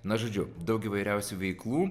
na žodžiu daug įvairiausių veiklų